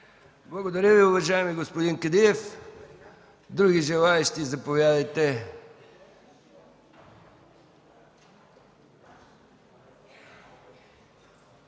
Благодаря Ви, уважаеми господин Кадиев. Други желаещи? Заповядайте,